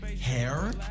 Hair